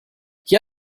hier